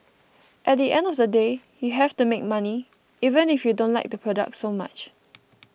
at the end of the day you have to make money even if you don't like the product so much